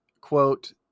quote